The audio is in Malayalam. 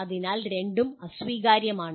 അതിനാൽ രണ്ടും അസ്വീകാര്യമാണ്